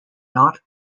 not